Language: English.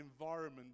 environment